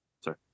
sir